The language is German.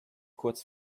kurz